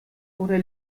oder